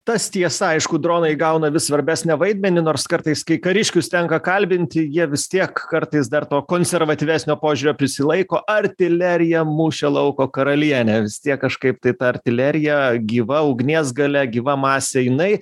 tas tiesa aišku dronai įgauna vis svarbesnį vaidmenį nors kartais kai kariškius tenka kalbinti jie vis tiek kartais dar to konservatyvesnio požiūrio prisilaiko artilerija mūšio lauko karalienė vis tiek kažkaip tai ta artilerija gyva ugnies galia gyva masė jinai